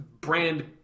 brand